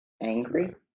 Angry